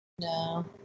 No